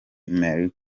mercy